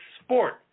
sport